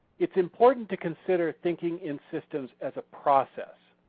it's important to consider thinking in systems as a process.